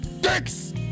Dicks